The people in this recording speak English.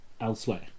elsewhere